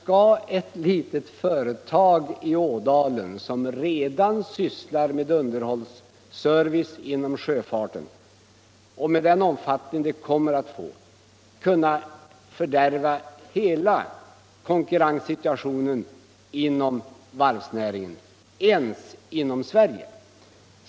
Kan ett litet företag i Ådalen som redan sysslar med underhållsservice inom sjöfarten, med den omfattning verksamheten skulle få efter en upprustning, verkligen fördärva hela konkurrenssituationen inom varvsnäringen ens i Sverige?